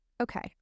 okay